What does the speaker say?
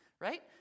right